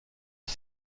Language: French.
est